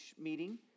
meeting